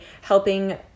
helping